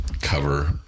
cover